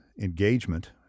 engagement